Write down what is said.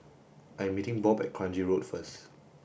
I'm meeting Bob at Kranji Road first